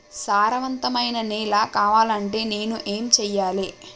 సారవంతమైన నేల కావాలంటే నేను ఏం చెయ్యాలే?